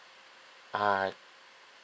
ah